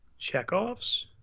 checkoffs